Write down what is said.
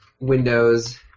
Windows